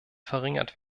verringert